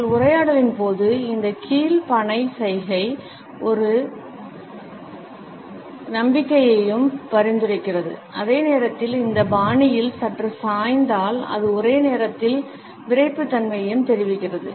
எங்கள் உரையாடலின் போது இந்த கீழ் பனை சைகை ஒரு நம்பிக்கையையும் பரிந்துரைக்கிறது அதே நேரத்தில் இந்த பாணியில் சற்று சாய்ந்தால் அது ஒரே நேரத்தில் விறைப்புத்தன்மையையும் தெரிவிக்கிறது